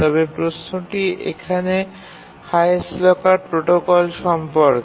তবে প্রশ্নটি এখানে হাইয়েস্ট লকার প্রোটোকল সম্পর্কে